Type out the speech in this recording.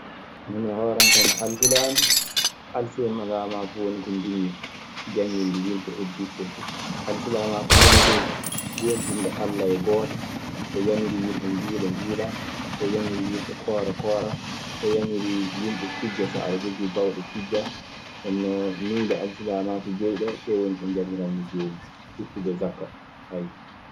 Min e hoore an kaa, mi alsilaame. Alsilaamaaku woni ko njiɗmi jannginde yimɓe heddiiɓe ɓee fuf. Alsilaamaaku woni de goonɗinde Alla yo gooto. O yamirii yimɓe njuula, njuulaa. O yamirii, yimɓe koora- kooraa. O yamirii yimɓe kijja so aɗe jogii baawɗe kijjaa. Ndeen non nuyɗe alsilaamaaku joy ɗee, ɗee woni ɗee njamirammi joomun. Ituude jakka en.